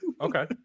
okay